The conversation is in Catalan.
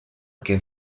que